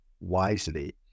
wisely